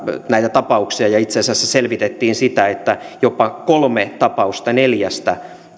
näitä tapauksia ja itse asiassa selvitettiin sitä että jopa kolme tapausta neljästä